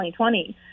2020